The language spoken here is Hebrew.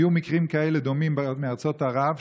היו מקרים דומים כאלה בארצות ערב,